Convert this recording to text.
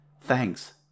thanks